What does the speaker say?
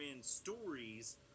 stories